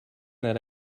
that